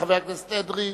חבר הכנסת אדרי,